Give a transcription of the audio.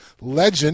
legend